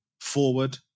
forward